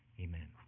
Amen